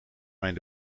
mijn